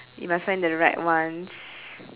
you must find the right ones